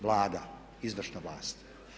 Vlada, izvršna vlast.